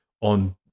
on